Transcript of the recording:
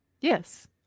Yes